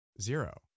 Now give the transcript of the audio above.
Zero